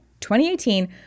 2018